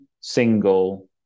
single